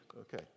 Okay